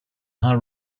how